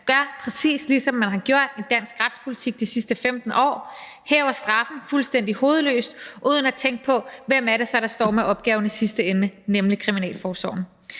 gør, præcis som man har gjort i dansk retspolitik de sidste 15 år, nemlig hæver straffen fuldstændig hovedløst uden at tænke over, hvem der står med opgaven i den sidste ende, nemlig kriminalforsorgen.